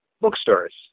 bookstores